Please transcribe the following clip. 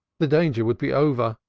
the danger would be over.